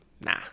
nah